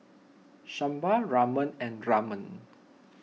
Sambar Ramen and Ramen